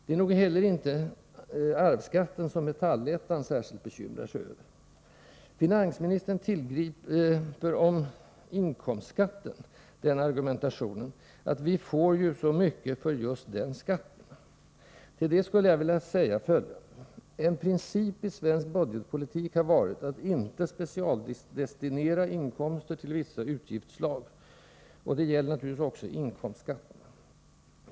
Det är noginte heller arvsskatten som Metallettan särskilt bekymrar sig över. I fråga om inkomstskatten tillgriper finansministern argumentationen att vi får så mycket för just den skatten. Till det skulle jag vilja säga följande. En princip i svensk budgetpolitik har varit att inte specialdestinera inkomster till vissa utgiftslag. Det gäller naturligtvis också inkomstskatten.